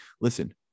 Listen